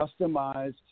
customized